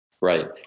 Right